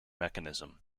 mechanism